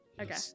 Okay